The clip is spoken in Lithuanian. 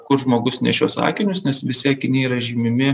kur žmogus nešios akinius nes visi akiniai yra žymimi